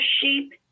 sheep